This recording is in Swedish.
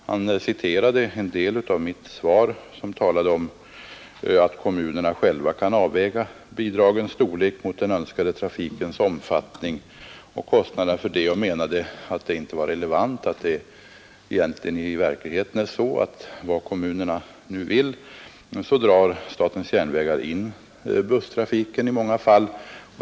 Han citerade en del av mitt svar, som talade om att kommunerna själva kan avväga bidragens storlek mot den önskade trafikens omfattning och kostnaderna för detta, och menade att detta inte var relevant eftersom det i verkligheten egentligen är så att vad kommunerna än vill, så drar statens järnvägar in busstrafiken i många fall.